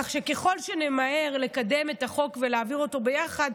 כך שככל שנמהר לקדם את החוק ולהעביר אותו ביחד,